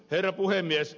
herra puhemies